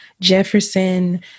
Jefferson